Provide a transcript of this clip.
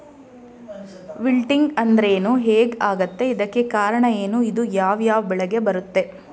Wilting ಅಂದ್ರೇನು? ಹೆಗ್ ಆಗತ್ತೆ? ಇದಕ್ಕೆ ಕಾರಣ ಏನು? ಇದು ಯಾವ್ ಯಾವ್ ಬೆಳೆಗೆ ಬರುತ್ತೆ?